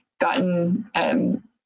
gotten –